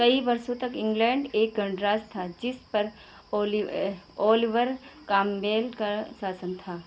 कई वर्षों तक इंग्लैण्ड एक गणराज्य था जिस पर ओलि ओलिवर क्रॉमवेल का शासन था